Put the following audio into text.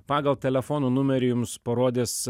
pagal telefono numerį jums parodys